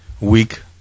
week